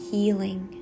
healing